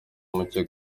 mucyo